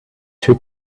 two